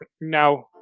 now